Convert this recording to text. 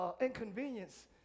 inconvenience